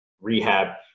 rehab